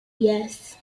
yes